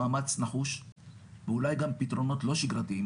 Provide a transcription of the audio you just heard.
מאמץ נחוש ואולי גם פתרונות לא שגרתיים,